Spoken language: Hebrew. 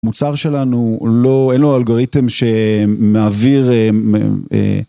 מוצר שלנו הוא לא... אין לו אלגוריתם שמעביר...